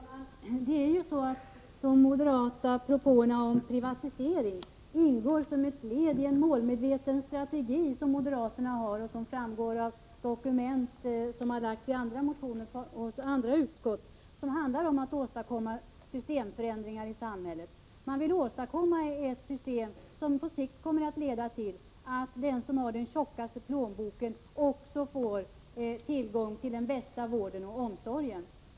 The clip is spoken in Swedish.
Herr talman! Det är ju så att de moderata propåerna om privatisering ingår som ett led i en målmedveten strategi som moderaterna har och som framgår av olika dokument, t.ex. motioner som har hänvisats till i andra utskott, som handlar om att åstadkomma systemförändringar i samhället. Man vill åstadkomma ett system som på sikt kommer att leda till att den som har den tjockaste plånboken också får tillgång till den bästa vården och omsorgen.